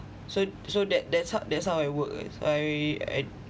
so so that that's how that's how I work I